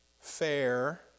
fair